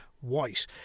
white